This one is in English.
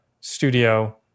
studio